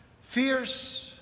fierce